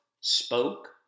spoke